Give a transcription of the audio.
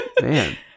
Man